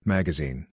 Magazine